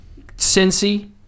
Cincy